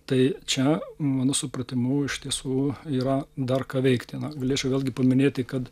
tai čia mano supratimu iš tiesų yra dar ką veikti na galėčiau vėlgi paminėti kad